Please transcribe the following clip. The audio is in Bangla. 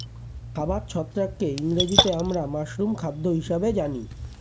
খাবার ছত্রাককে ইংরেজিতে আমরা মাশরুম খাদ্য হিসেবে জানি